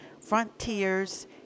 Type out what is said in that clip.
Frontiers